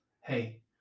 hey